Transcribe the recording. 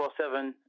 24-7